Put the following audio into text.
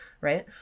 right